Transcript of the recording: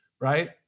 right